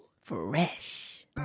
Fresh